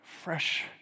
fresh